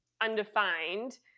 undefined